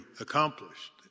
accomplished